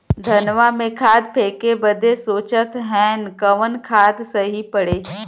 धनवा में खाद फेंके बदे सोचत हैन कवन खाद सही पड़े?